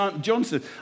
Johnson